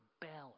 balance